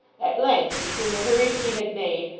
at length, between the hurry she had made,